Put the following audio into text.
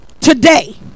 today